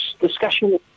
discussion